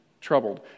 troubled